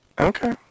Okay